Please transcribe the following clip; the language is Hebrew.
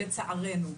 לצערנו.